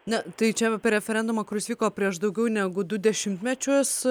na tai čia apie referendumą kuris vyko prieš daugiau negu du dešimtmečius